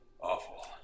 Awful